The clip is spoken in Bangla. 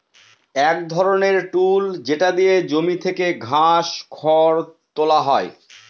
এক ধরনের টুল যেটা দিয়ে জমি থেকে ঘাস, খড় তুলা হয়